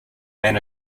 ran